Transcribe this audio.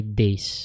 days